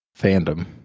fandom